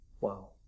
Wow